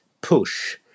push